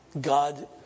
God